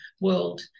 world